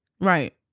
Right